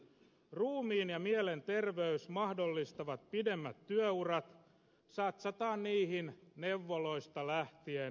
ruumiin ja mielen terveys mahdollistavat pidemmät työurat satsataan niihin neuvoloista lähtien